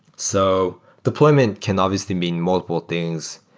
so deployment can obviously mean multiple things.